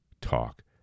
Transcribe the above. talk